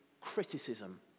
criticism